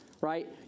right